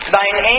Thine